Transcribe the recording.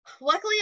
Luckily